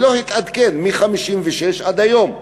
שלא התעדכן מ-1956 ועד היום.